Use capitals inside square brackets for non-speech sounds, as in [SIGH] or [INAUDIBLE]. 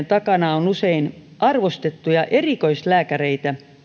[UNINTELLIGIBLE] takana on usein arvostettuja erikoislääkäreitä